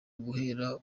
guhera